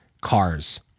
cars